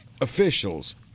officials